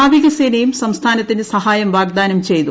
നാവികസേനയും സംസ്ഥാനത്തിന് സഹായം വാഗ്ദാനം ചെയ്തു